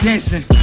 Dancing